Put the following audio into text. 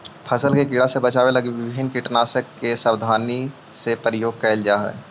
फसल के कीड़ा से बचावे लगी विभिन्न कीटनाशक के सावधानी से प्रयोग कैल जा हइ